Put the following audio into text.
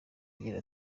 agira